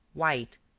white,